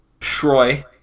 Shroy